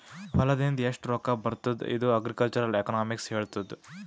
ಹೊಲಾದಿಂದ್ ಎಷ್ಟು ರೊಕ್ಕಾ ಬರ್ತುದ್ ಇದು ಅಗ್ರಿಕಲ್ಚರಲ್ ಎಕನಾಮಿಕ್ಸ್ ಹೆಳ್ತುದ್